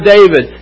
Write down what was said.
David